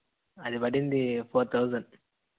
అది పడింది four thousand